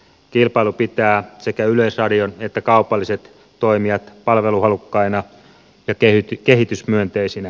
kilpailu pitää sekä yleisradion että kaupalliset toimijat palveluhalukkaina ja kehitysmyönteisinä